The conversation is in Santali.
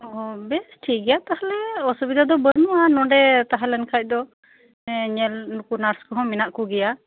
ᱵᱮᱥ ᱴᱷᱤᱠ ᱜᱮᱭᱟ ᱛᱟᱦᱚᱞᱮ ᱚᱥᱩᱵᱤᱫᱟ ᱫᱚ ᱵᱟᱹᱱᱩᱜᱼᱟ ᱱᱚᱰᱮ ᱛᱟᱸᱦᱮ ᱠᱷᱟᱡ ᱫᱚ ᱱᱮᱞ ᱱᱩᱠᱩ ᱱᱟᱨᱥ ᱠᱚᱦᱚᱸ ᱢᱮᱱᱟᱜ ᱠᱚᱜᱮᱭᱟ